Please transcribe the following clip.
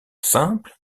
simple